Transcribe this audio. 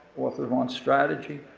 author of ion strategy